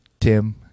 Tim